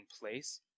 place